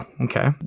okay